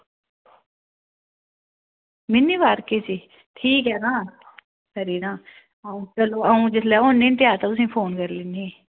mini park च ठीक ऐ तां खरी तां अं'ऊ होनी ना जिसलै त्यार तां तुसेंगी फोन करी लैनी आं